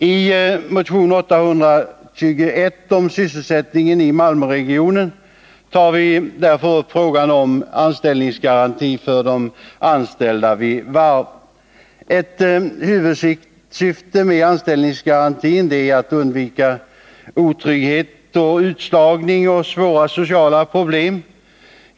I motion 821 om sysselsättningen i Malmöregionen tar vi därför upp frågan om anställningsgaranti för de anställda vid varven. Ett huvudsyfte med anställningsgarantin är att undvika otrygghet, utslagning och svåra sociala problem.